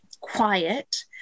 quiet